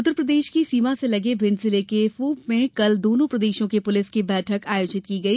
उत्तरप्रदेश की सीमा से लगे भिंड जिले के फूप में कल दोनों प्रदेशों की पुलिस की बैठक आयोजित की गई